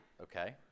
Okay